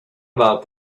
about